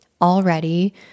Already